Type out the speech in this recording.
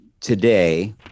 today